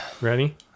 Ready